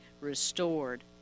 restored